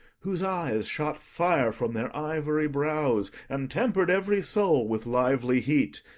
whose eyes shot fire from their ivory brows, and temper'd every soul with lively heat,